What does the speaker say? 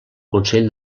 consell